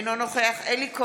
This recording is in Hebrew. אינו נוכח אלי כהן,